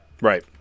Right